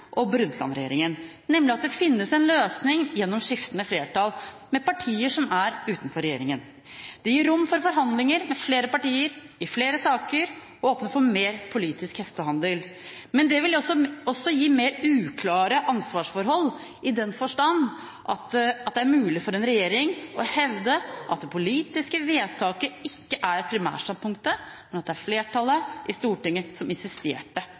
og Brundtland-regjeringen, nemlig at det finnes en løsning gjennom skiftende flertall med partier som er utenfor regjeringen. Det gir rom for forhandlinger med flere partier i flere saker og åpner for mer politisk hestehandel. Men det vil også gi mer uklare ansvarsforhold i den forstand at det er mulig for en regjering å hevde at det politiske vedtaket ikke er primærstandpunktet, men at det er flertallet i Stortinget som insisterte